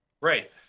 Right